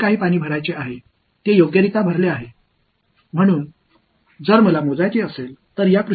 நிலையான நிலை என்றாள் இந்த வால்யூம் நீரை நிரப்ப வேண்டுமானாலும் நிரப்பி விடுவதற்காக குழாய் நீண்ட காலமாக செயல்பாட்டில் உள்ளது